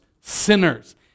sinners